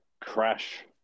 Crash